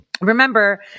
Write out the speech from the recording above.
Remember